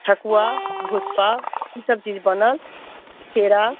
ठकुआ भुसबा ई सब चीज बनल केरा